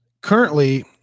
Currently